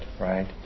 right